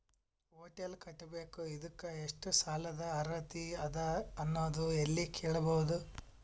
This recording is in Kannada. ಹೊಟೆಲ್ ಕಟ್ಟಬೇಕು ಇದಕ್ಕ ಎಷ್ಟ ಸಾಲಾದ ಅರ್ಹತಿ ಅದ ಅನ್ನೋದು ಎಲ್ಲಿ ಕೇಳಬಹುದು?